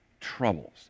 troubles